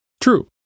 True